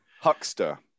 huckster